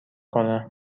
کنه